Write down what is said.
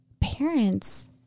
Parents